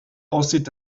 aussieht